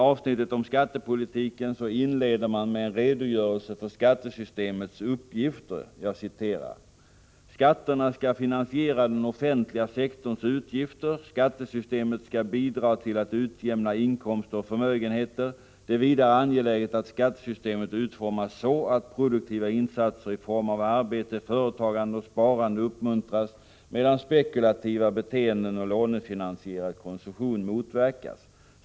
Avsnittet om skattepolitik inleds med en redogörelse för skattesystemets uppgifter: ”Skatterna skall finansiera den offentliga sektorns utgifter. Skattesystemet skall bidra till att utjämna inkomster och förmögenheter. Det är vidare angeläget att skattesystemet utformas så att produktiva insatser i form av arbete, företagande och sparande uppmuntras, medan spekulativa beteenden och lånefinansierad konsumtion motverkas.